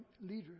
leaders